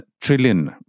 trillion